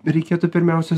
reikėtų pirmiausia